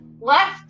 left